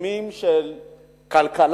בתחומים של כלכלה,